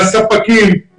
לספקים,